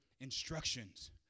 instructions